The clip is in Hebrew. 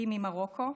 היא במרוקו,